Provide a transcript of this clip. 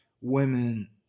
women